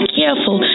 careful